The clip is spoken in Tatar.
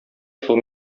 шул